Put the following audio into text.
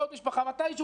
עוד משפחה,